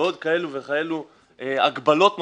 ועוד כאלו וכאלו הגבלות נוספות,